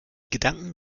gedanken